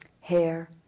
Hair